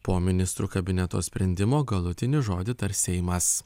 po ministrų kabineto sprendimo galutinį žodį tars seimas